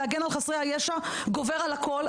להגן על חסרי הישע זה גובר על הכל,